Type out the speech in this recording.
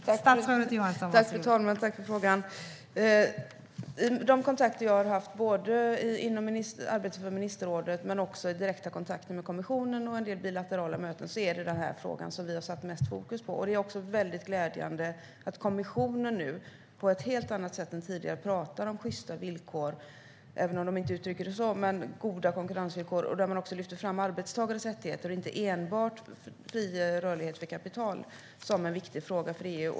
Fru talman! Tack för frågan! I de kontakter jag har haft i arbetet för ministerrådet men också i direkta kontakter med kommissionen och i en del bilaterala möten är detta den fråga som vi har mest fokus på. Det är också väldigt glädjande att kommissionen nu på ett helt annat sätt än tidigare pratar om sjysta villkor, även om man inte uttrycker det så. Det handlar om goda konkurrensvillkor. Man lyfter också fram arbetstagares rättigheter och inte enbart fri rörlighet för kapital som en viktig fråga för EU.